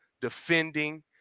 defending